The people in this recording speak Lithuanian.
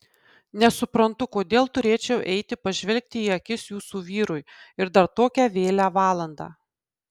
nesuprantu kodėl turėčiau eiti pažvelgti į akis jūsų vyrui ir dar tokią vėlią valandą